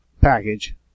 package